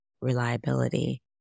reliability